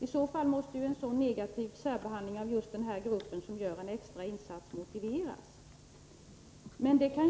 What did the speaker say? I så fall måste en sådan negativ särbehandling av just denna grupp, som gör en extra insats, på något sätt motiveras.